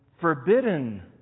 forbidden